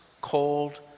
cold